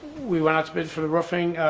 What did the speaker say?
we went out to bid for the roofing.